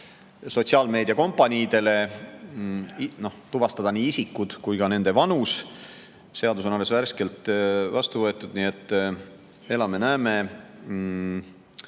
selge kohustuse tuvastada nii isikud kui ka nende vanus. Seadus on alles värskelt vastu võetud, nii et elame-näeme,